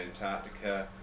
Antarctica